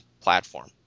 platform